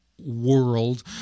world